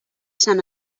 sant